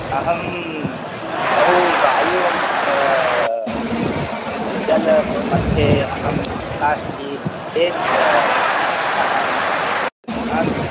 अहं बहु वायो जलमध्ये अहम् इच्छा अस्ति चेत् तत्र अहम् इच्छामि